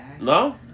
No